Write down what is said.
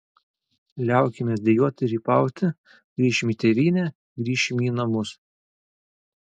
liaukimės dejuot ir rypauti grįšim į tėvynę grįšim į namus